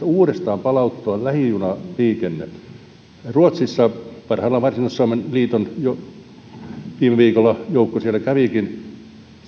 uudestaan lähijunaliikenne ruotsissa joukko varsinais suomen liitosta viime viikolla siellä kävikin